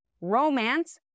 romance